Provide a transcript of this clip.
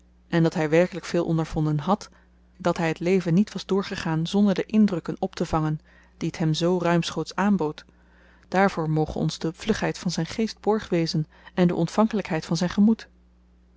en dat hy werkelyk veel ondervonden hàd dat hy t leven niet was doorgegaan zonder de indrukken optevangen die t hem zoo ruimschoots aanbood daarvoor moge ons de vlugheid van zyn geest borg wezen en de ontvankelykheid van zyn gemoed